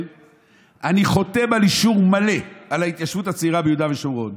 אני חותם על אישור מלא על ההתיישבות הצעירה ביהודה ושומרון.